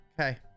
Okay